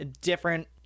different